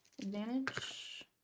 advantage